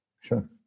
Sure